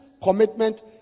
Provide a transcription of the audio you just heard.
Commitment